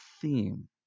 theme